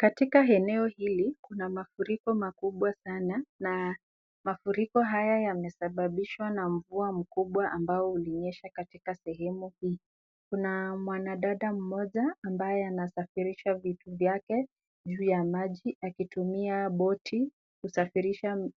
Katika eneo hili kuna mafuriko makubwa sana na mafuriko haya yamesababishwa mvua mkubwa ambaye imenyesha katika sehemu hii, kuna mwanadada moja ambaye anasafisha vitu vyake juu ya maji akitumia boti kusafirisha